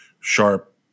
Sharp